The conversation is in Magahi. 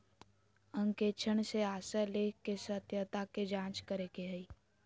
अंकेक्षण से आशय लेख के सत्यता के जांच करे के हइ